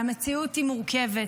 והמציאות היא מורכבת.